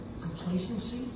complacency